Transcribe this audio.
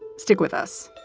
stick with us